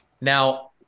Now